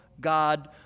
God